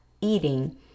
eating